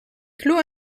clos